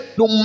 no